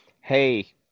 hey